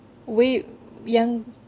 wait yang